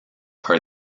are